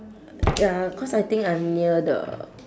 ya cause I think I'm near the